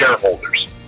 shareholders